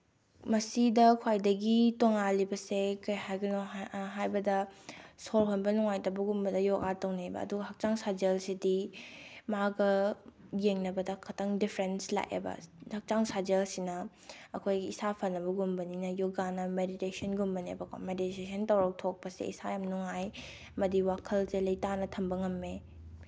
ꯃꯁꯤꯗ ꯈ꯭ꯋꯥꯏꯗꯒꯤ ꯇꯣꯉꯥꯜꯂꯤꯕꯁꯦ ꯀꯩ ꯍꯥꯏꯗꯣꯏꯅꯣ ꯍꯥꯏꯕꯗ ꯁꯣꯔ ꯍꯣꯟꯕ ꯅꯨꯡꯉꯥꯏꯇꯕꯒꯨꯝꯕꯗ ꯌꯣꯒꯥ ꯇꯧꯅꯩꯕ ꯑꯗꯨꯒ ꯍꯛꯆꯥꯡ ꯁꯥꯖꯦꯜꯁꯤꯗꯤ ꯃꯥꯒ ꯌꯦꯡꯅꯕꯗ ꯈꯇꯪ ꯗꯤꯐꯔꯦꯟꯁ ꯂꯥꯛꯑꯦꯕ ꯍꯛꯆꯥꯡ ꯁꯥꯖꯦꯜꯁꯤꯅ ꯑꯩꯈꯣꯏꯒꯤ ꯏꯁꯥ ꯐꯅꯕꯒꯨꯝꯕꯅꯤꯅ ꯌꯣꯒꯥꯅ ꯃꯦꯗꯤꯇꯦꯁꯟꯒꯨꯝꯕꯅꯦꯕꯀꯣ ꯃꯦꯗꯤꯇꯦꯁꯟ ꯇꯧꯊꯣꯛꯄꯁꯦ ꯏꯁꯥ ꯌꯥꯝ ꯅꯨꯡꯉꯥꯏ ꯑꯃꯗꯤ ꯋꯥꯈꯜꯁꯦ ꯂꯩꯇꯥꯅ ꯊꯝꯕ ꯉꯝꯃꯦ